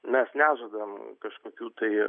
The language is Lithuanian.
mes nežadam kažkokių tai